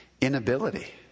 Inability